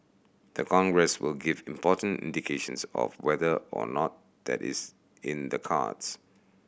the Congress will give important indications of whether or not that is in the cards